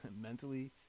mentally